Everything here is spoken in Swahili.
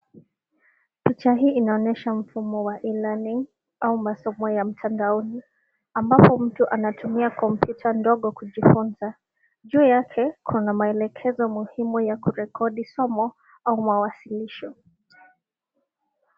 Picha hii inaonyesha mfumo wa e-learning au masomo ya mtandaoni ambapo mtu anatumia kompyuta ndogo kujifunza. Juu yake kuna maelekezo muhimu ya kurekodi somo au mawsilisho.